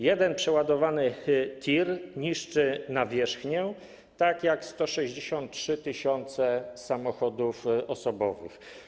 Jeden przeładowany TIR niszczy nawierzchnię tak jak 163 tys. samochodów osobowych.